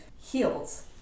heals